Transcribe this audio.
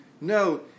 No